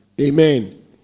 amen